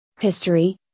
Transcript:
History